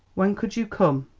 when could you come,